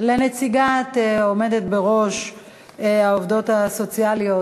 לנציגה העומדת בראש העובדות הסוציאליות,